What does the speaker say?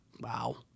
Wow